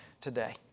today